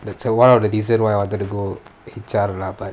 that's one of the reason why I wanted to go H_R lah but